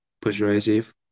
persuasive